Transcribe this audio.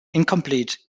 incomplete